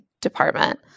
department